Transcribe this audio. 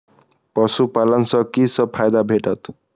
पशु पालन सँ कि सब फायदा भेटत?